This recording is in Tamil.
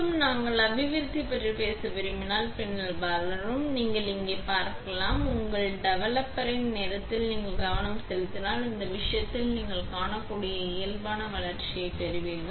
11 மற்றும் நாம் அபிவிருத்தி பற்றி பேச விரும்பினால் பின்னர் வளரும் நீங்கள் இங்கே பார்க்கலாம் உங்கள் டெவலப்பரின் நேரத்தில் நீங்கள் கவனம் செலுத்தினால் இந்த விஷயத்தில் நீங்கள் காணக்கூடிய இயல்பான வளர்ச்சியைப் பெறுவீர்கள்